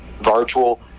virtual